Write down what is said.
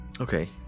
Okay